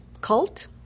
cult